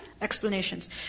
explanations